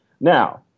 Now